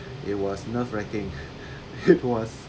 it was nerve wrecking it was